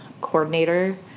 coordinator